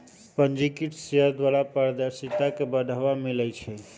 पंजीकृत शेयर द्वारा पारदर्शिता के बढ़ाबा मिलइ छै